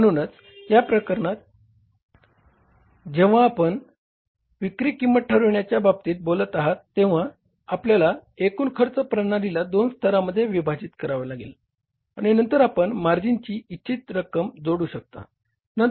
म्हणूनच या प्रकरणात जेंव्हा आपण विक्री किंमत ठरविण्याच्या बाबतीत बोलत आहात तेंव्हा आपल्याला एकूण खर्च प्रणालीला दोन स्तरामध्ये विभाजित करावे लागेल आणि नंतर आपण मार्जिनची इच्छित रक्कम जोडू शकता